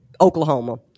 Oklahoma